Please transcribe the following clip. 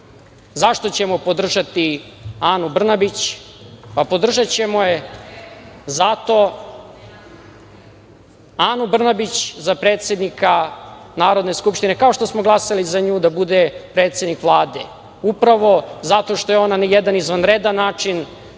zašto ćemo podržati Anu Brnabić? Podržaćemo Anu Brnabić za predsednika Narodne skupštine, kao što smo glasali za nju da bude predsednik Vlade, upravo zato što je ona na jedan izvanredan način